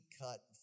cut